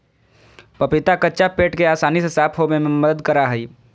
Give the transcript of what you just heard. पपीता कच्चा पेट के आसानी से साफ होबे में मदद करा हइ